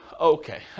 Okay